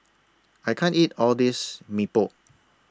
I can't eat All This Mee Pok